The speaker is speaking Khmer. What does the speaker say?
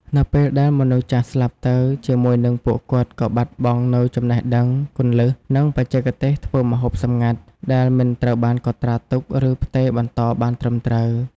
នៅពេលដែលមនុស្សចាស់ស្លាប់ទៅ ជាមួយនឹងពួកគាត់ក៏បាត់បង់នូវចំណេះដឹង គន្លឹះ និងបច្ចេកទេសធ្វើម្ហូបសម្ងាត់ ដែលមិនត្រូវបានកត់ត្រាទុក ឬផ្ទេរបន្តបានត្រឹមត្រូវ។